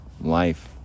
life